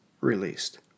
released